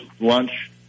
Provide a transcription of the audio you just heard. lunch